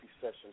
session